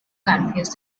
confuse